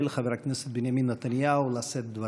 חבר הכנסת בנימין נתניהו לשאת דברים.